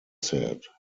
said